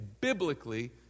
Biblically